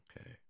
okay